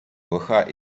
лиха